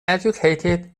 educated